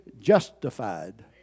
justified